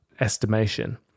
estimation